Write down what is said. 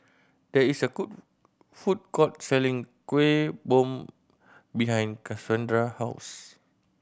there is a food court selling Kueh Bom behind Cassondra house